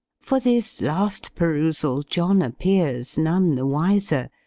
for this last perusal john appears none the wiser,